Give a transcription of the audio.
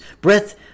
breath